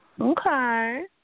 okay